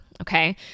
Okay